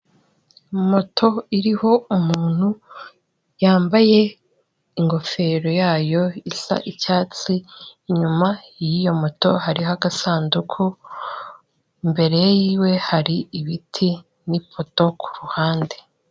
Moto iriho umuntu yambaye ingofero yayo isa icyatsi, inyuma yiyo moto hariho agasanduku, imbere yiwe hari ibiti n'ipoto ku ruhande.